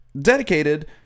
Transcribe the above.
dedicated